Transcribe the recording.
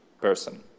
person